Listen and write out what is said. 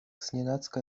znienacka